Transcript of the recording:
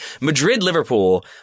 Madrid-Liverpool